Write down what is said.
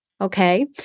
Okay